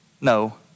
No